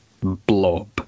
Blob